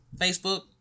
Facebook